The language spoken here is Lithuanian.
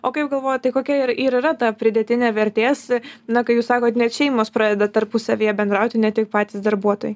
o kaip galvojat tai kokia ir ir yra ta pridėtinė vertės na kai jūs sakot net šeimos pradeda tarpusavyje bendrauti ne tik patys darbuotojai